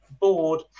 board